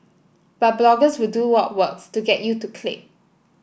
but bloggers will do what works to get you to click